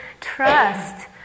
trust